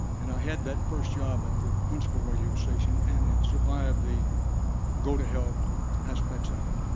and i had that first job at the huntsville radio station, and had survived the go to hell aspects of it